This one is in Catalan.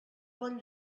bon